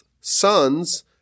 sons